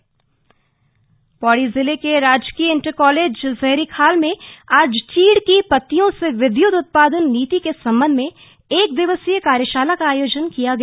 कार्यशाला पौड़ी जिले के राजकीय इंटर कॉलेज जयहरीखाल में आज चीड़ की पत्तियों से विद्यत उत्पादन नीति के संबंध में एक दिवसीय कार्यशाला का आयोजन किया गया